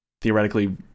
theoretically